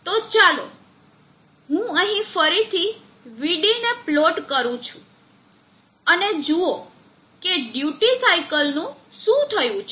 તો હવે ચાલો હું અહીં ફરીથી Vd ને પ્લોટ કરું અને જુઓ કે ડ્યુટી સાઇકલ નું શું થયું છે